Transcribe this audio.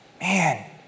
Man